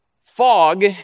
Fog